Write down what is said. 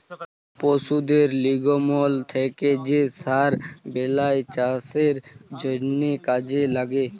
পশুদের লির্গমল থ্যাকে যে সার বেলায় চাষের জ্যনহে কাজে ল্যাগে